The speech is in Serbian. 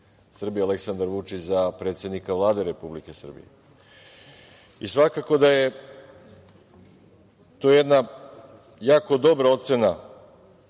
Aleksandar Vučić za predsednika Vlade Republike Srbije. Svakako da je to jedna jako dobra ocena